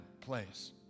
place